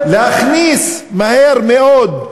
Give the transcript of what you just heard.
להכניס מהר מאוד,